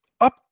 up